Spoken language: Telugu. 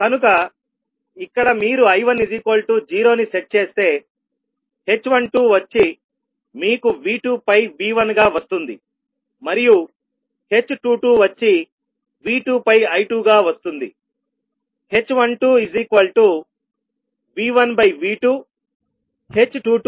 కనుక ఇక్కడ మీరు I10 ను సెట్ చేస్తే h12 వచ్చి మీకు V2 పై V1గా వస్తుంది మరియు h22 వచ్చి V2 పై I2 గా వస్తుంది